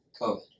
COVID